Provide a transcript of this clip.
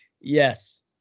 Yes